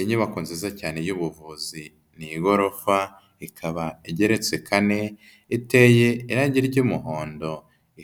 Inyubako nziza cyane y'ubuvuzi, ni igorofa ikaba igereretse kane, iteye irangi ry'umuhondo,